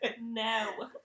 No